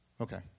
okay